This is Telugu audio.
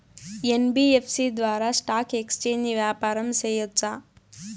యన్.బి.యఫ్.సి ద్వారా స్టాక్ ఎక్స్చేంజి వ్యాపారం సేయొచ్చా?